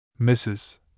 Mrs